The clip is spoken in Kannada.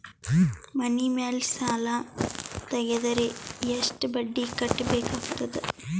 ಮನಿ ಮೇಲ್ ಸಾಲ ತೆಗೆದರ ಎಷ್ಟ ಬಡ್ಡಿ ಕಟ್ಟಬೇಕಾಗತದ?